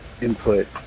input